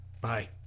Bye